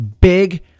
big